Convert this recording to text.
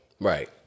right